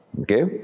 Okay